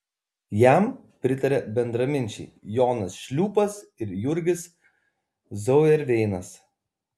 jam pritarė bendraminčiai jonas šliūpas ir jurgis zauerveinas